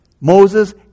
Moses